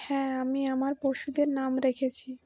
হ্যাঁ আমি আমার পশুদের নাম রেখেছি